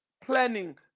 planning